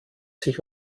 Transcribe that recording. sich